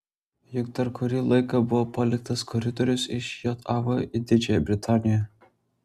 juk dar kurį laiką buvo paliktas koridorius iš jav į didžiąją britaniją